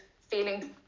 feeling